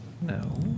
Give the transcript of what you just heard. No